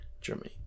Germany